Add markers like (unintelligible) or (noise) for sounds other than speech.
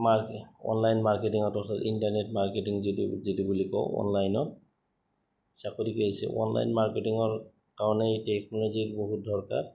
মাৰ্ online মাৰ্কেটিঙত (unintelligible) internet marketing যিদি যিটো বুলি কওঁ অনলাইনৰত চাকৰি কৰি আছে অনলাইন মাৰ্কেটিঙৰ কাৰণেই টেকন'লজিৰ বহুত দৰকাৰ